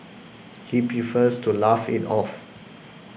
he prefers to laugh it off